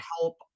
help